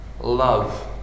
love